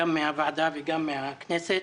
גם מהוועדה וגם מהכנסת.